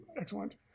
excellent